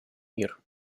мир